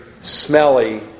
smelly